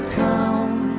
come